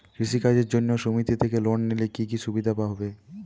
কৃষি কাজের জন্য সুমেতি থেকে লোন নিলে কি কি সুবিধা হবে?